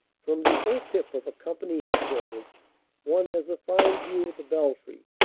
from the o-pip of a company headquarters one has a fine view of the belfry.